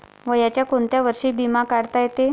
वयाच्या कोंत्या वर्षी बिमा काढता येते?